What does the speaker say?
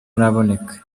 araboneka